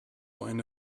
eine